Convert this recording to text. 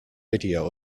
video